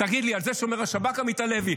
תגיד לי, על זה שומר השב"כ, עמית הלוי?